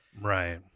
Right